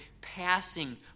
passing